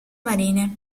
marine